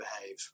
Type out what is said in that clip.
behave